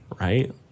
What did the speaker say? right